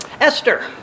Esther